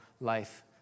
life